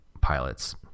pilots